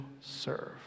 serve